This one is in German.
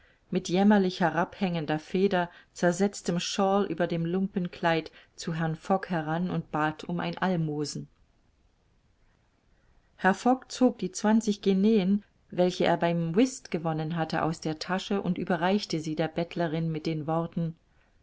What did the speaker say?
mit jämmerlich herabhängender feder zersetztem shawl über dem lumpenkleid zu herrn fogg heran und bat um ein almosen hervor zog die zwanzig guineen welche er beim whist gewonnen hatte aus der tasche und überreichte sie der bettlerin mit den worten